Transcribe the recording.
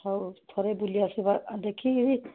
ହଉ ଥରେ ବୁଲି ଆସିବା ଦେଖିକିରି